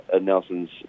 Nelson's